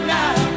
now